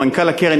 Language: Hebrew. מנכ"ל הקרן,